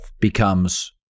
becomes